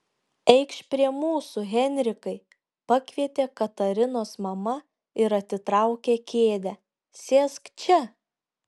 eikš prie mūsų henrikai pakvietė katarinos mama ir atitraukė kėdę sėsk čia